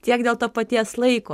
tiek dėl to paties laiko